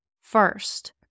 first